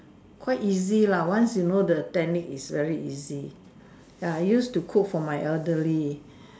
quite easy lah once you know the technique is very easy ya I used to cook for my elderly